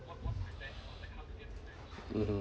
mmhmm